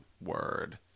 Word